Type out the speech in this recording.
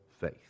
faith